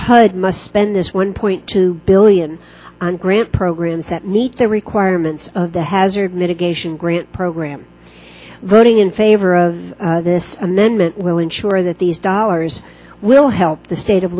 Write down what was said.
hud must spend this one point two billion grant programs that meet the requirements of the hazard grant program voting in favor of this amendment will ensure that these dollars will help the state of